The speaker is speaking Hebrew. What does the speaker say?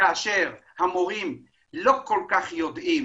כאשר המורים לא כל כך יודעים